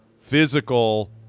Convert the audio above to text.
physical